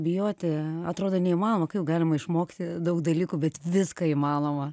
bijoti atrodo neįmanoma kaip galima išmokti daug dalykų bet viską įmanoma